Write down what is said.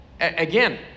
again